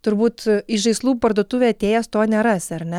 turbūt į žaislų parduotuvę atėjęs to nerasi ar ne